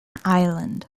island